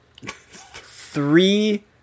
three